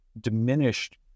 diminished